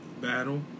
battle